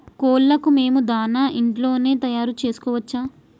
కోళ్లకు మేము దాణా ఇంట్లోనే తయారు చేసుకోవచ్చా?